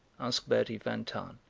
asked bertie van tahn.